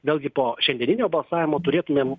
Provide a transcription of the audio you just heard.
vėlgi po šiandieninio balsavimo turėtumėm